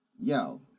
Yo